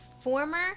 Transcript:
former